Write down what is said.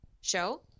show